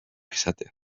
izatea